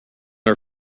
are